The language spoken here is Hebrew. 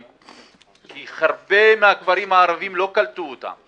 כי רבים מן הכפרים הערביים לא קלטו אותם.